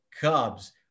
Cubs